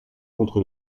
contre